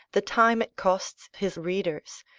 the time it costs his readers,